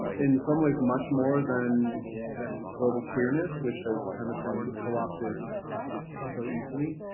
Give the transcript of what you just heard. in some ways much more than than global queerness which has kind of been co-opted so easily.